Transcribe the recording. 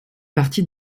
partie